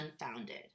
unfounded